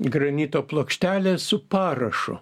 granito plokštelė su parašu